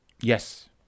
Yes